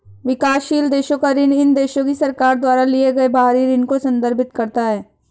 विकासशील देशों का ऋण इन देशों की सरकार द्वारा लिए गए बाहरी ऋण को संदर्भित करता है